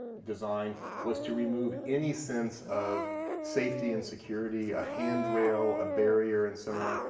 design was to remove any sense of safety and security, a handrail, a barrier, and so on,